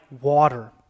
water